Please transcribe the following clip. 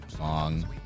Long